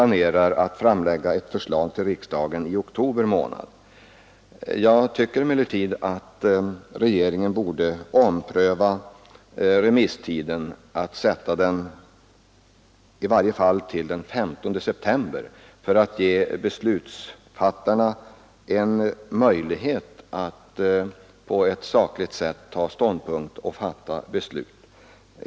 Jag medger gärna att det finns ett samband mellan byggnadslagens utformning och bostadsfrågorna. Jag tycker emellertid ändå att regeringen borde ompröva remisstiden och uppskjuta utgången av den till i varje fall den 15 september för att ge remissorganen möjlighet att på ett sakligt sätt ta ställning och fatta beslut.